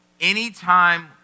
anytime